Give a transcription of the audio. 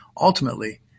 Ultimately